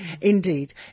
Indeed